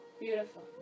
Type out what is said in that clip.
Beautiful